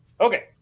Okay